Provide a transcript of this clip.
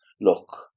look